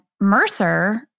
Mercer